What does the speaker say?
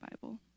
Bible